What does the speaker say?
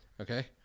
Okay